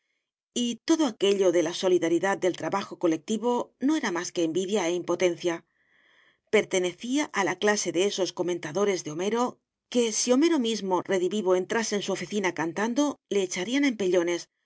y todo aquello de la solidaridad del trabajo colectivo no era más que envidia e impotencia pertenecía a la clase de esos comentadores de homero que si homero mismo redivivo entrase en su oficina cantando le echarían a empellones